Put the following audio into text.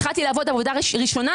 התחלתי לעבוד עבודה ראשונה,